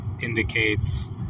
indicates